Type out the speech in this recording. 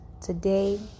today